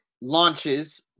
launches